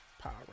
Power